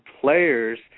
players